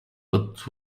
but